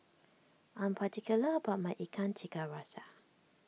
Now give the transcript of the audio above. I am particular about my Ikan Tiga Rasa